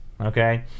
Okay